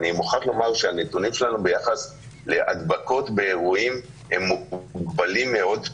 אני מוכרח לומר שהנתונים שלנו ביחס להדבקות באירועים הם מוגבלים מאוד,